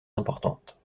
importantes